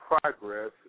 Progress